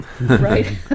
right